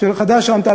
תוכנית